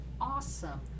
awesome